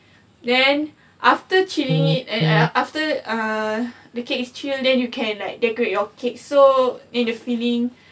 then after chilling it and err after err the cake is chilled and then you can like decorate your cake so and the filling